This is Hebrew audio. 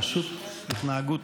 פשוט התנהגות